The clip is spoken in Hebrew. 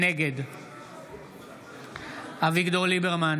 נגד אביגדור ליברמן,